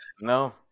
No